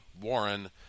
Warren